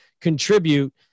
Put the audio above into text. contribute